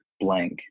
blank